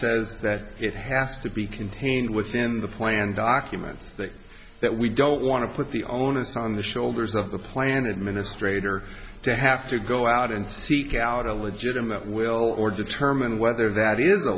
says that it has to be contained within the plan documents that we don't want to put the onus on the shoulders of the plan administrator to have to go out and seek out a legitimate will or determine whether that is a